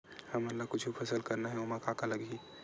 हमन ला कुछु फसल करना हे ओमा का का लगही?